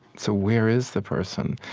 so where is the person?